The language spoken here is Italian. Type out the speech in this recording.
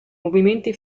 movimenti